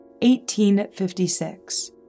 1856